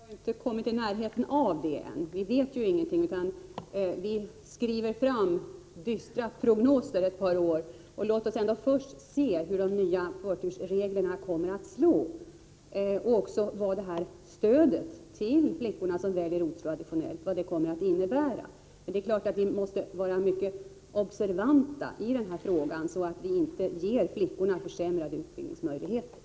Fru talman! Vi har inte kommit i närheten av det problemet ännu. Vi vet ingenting, utan vi skriver dystra prognoser ett par år. Låt oss ändå se hur de nya förtursreglerna kommer att slå, innan vi diskuterar detta problem. Låt oss också se vad ett stöd till de flickor som väljer otraditionellt kommer att innebära. Men vi måste givetvis vara mycket observanta, så att vi inte ger flickorna försämrade utbildningsmöjligheter.